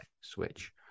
switch